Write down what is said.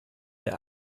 der